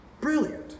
brilliant